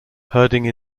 herding